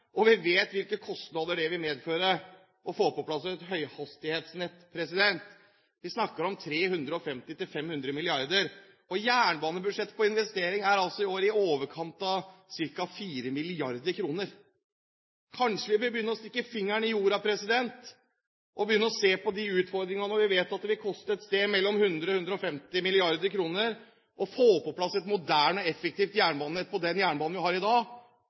Vi vet hvilke kostnader det vil medføre å få på plass et høyhastighetsnett. Vi snakker om 350–500 mrd. kr, og jernbanebudsjettet på investeringer er i år altså i overkant av ca. 4 mrd. kr. Kanskje vi bør stikke fingeren i jorda og begynne å se på de utfordringene, når vi vet at det vil koste et sted mellom 100–150 mrd. kr å få på plass et moderne og effektivt jernbanenett på den jernbanen vi har i dag?